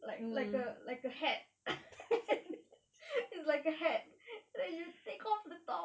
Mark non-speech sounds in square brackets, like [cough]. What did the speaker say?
like like a like a hat [laughs] it's like a hat like you take off the top